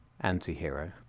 anti-hero